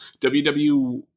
ww